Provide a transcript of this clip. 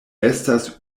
estas